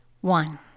One